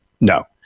No